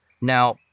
Now